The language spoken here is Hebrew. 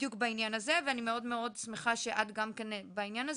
בדיוק בעניין הזה ואני מאוד מאוד שמחה שאת גם כן בעניין הזה,